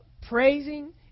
praising